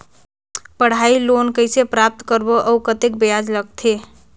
पढ़ाई लोन कइसे प्राप्त करबो अउ ब्याज कतेक लगथे?